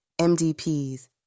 MDPs